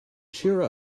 cheer